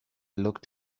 looked